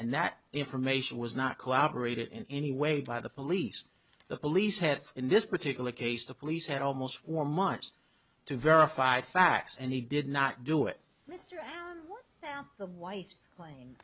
and that information was not collaborated in any way by the police the police have in this particular case the police had almost wore months to verify facts and he did not do it with the white pla